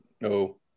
No